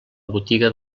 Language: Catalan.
botiga